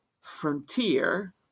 frontier